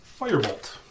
Firebolt